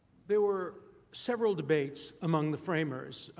there were several debates among the framers,